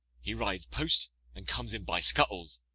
he rides post and comes in by scuttles.